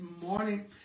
morning